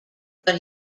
but